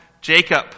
Jacob